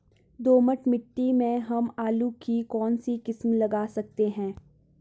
दोमट मिट्टी में हम आलू की कौन सी किस्म लगा सकते हैं?